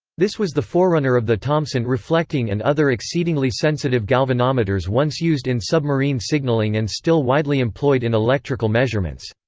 this was the forerunner of the thomson reflecting reflecting and other exceedingly sensitive galvanometers once used in submarine signaling and still widely employed in electrical measurements.